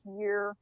year